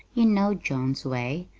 you know john's way,